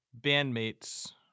bandmates